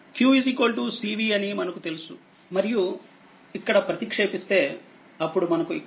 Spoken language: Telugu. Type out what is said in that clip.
q cv అని మనకు తెలుసు మరియు ఇక్కడ ప్రతిక్షేపిస్తే అప్పుడు మనకు ఇక్కడ w q2 2C వస్తుంది